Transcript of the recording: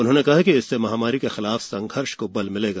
उन्होंने कहा कि इससे महामारी के खिलाफ संघर्ष को बल मिलेगा